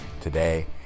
today